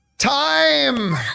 Time